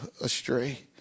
astray